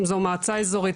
אם זו מועצה אזורית,